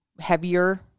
heavier